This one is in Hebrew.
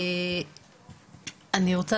אני רוצה